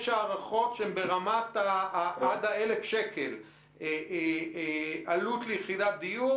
יש הערכות שהן ברמת עד ה-1,000 שקל עלות ליחידת דיור.